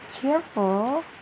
cheerful